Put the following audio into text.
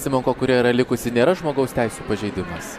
simonko kuri yra likusi nėra žmogaus teisių pažeidimas